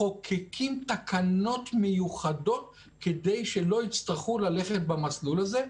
מחוקקים תקנות מיוחדות כדי שלא יצטרכו ללכת במסלול הזה,